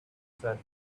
said